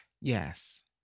Yes